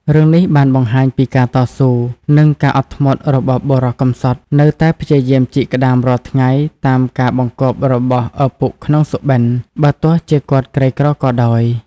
រឿងនេះបានបង្ហាញពីការតស៊ូ និងការអត់ធ្មត់របស់បុរសកំសត់នៅតែព្យាយាមជីកក្ដាមរាល់ថ្ងៃតាមការបង្គាប់របស់ឪពុកក្នុងសុបិន បើទោះជាគាត់ក្រីក្រក៏ដោយ។